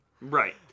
Right